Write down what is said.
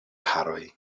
haroj